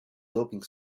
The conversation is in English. doping